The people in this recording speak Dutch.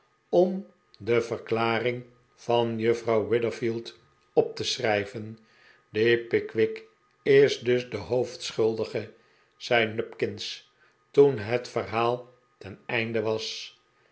om de verklaring van juffrouw witherfield op te schrijven die pickwick is dus de hoofdschuldige zei nupkins toen het verhaal ten einde was